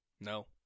No